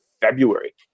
February